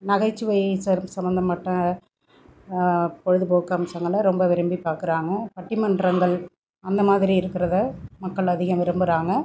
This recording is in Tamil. நகைச்சுவை ச சம்பந்தப்பட்ட பொழுதுபோக்கு அம்சங்களை ரொம்ப விரும்பி பார்க்குறாங்க பட்டிமன்றங்கள் அந்தமாதிரி இருக்கிறத மக்கள் அதிகம் விரும்புகிறாங்க